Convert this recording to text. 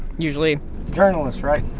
usually journalist, right?